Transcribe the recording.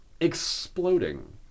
exploding